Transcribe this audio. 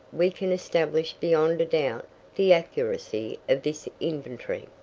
we can establish beyond a doubt the accuracy of this inventory.